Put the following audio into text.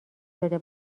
شده